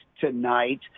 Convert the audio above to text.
tonight